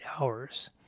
hours